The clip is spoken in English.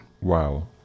Wow